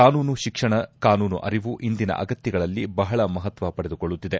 ಕಾನೂನು ಶಿಕ್ಷಣ ಕಾನೂನು ಅರಿವು ಇಂದಿನ ಆಗತ್ಯಗಳಲ್ಲಿ ಬಹಳ ಮಹತ್ವ ಪಡೆದುಕೊಳ್ಳುತ್ತಿದೆ